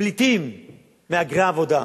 "פליטים"; מהגרי עבודה.